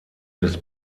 des